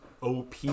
op